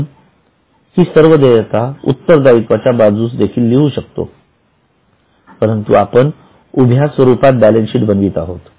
आपण हि सर्व देयता उत्तरदायित्वाच्या बाजूस देखील लिहू शकतो परंतु आपण उभ्या स्वरूपात बॅलन्सशीट बनवित आहोत